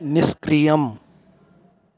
निष्क्रियम्